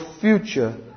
future